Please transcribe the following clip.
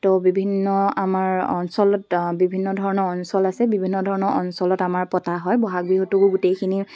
তো বিভিন্ন আমাৰ অঞ্চলত বিভিন্ন ধৰণৰ অঞ্চল আছে বিভিন্ন ধৰণৰ অঞ্চলত আমাৰ পতা হয় বহাগ বিহুটোকো গোটেইখিনি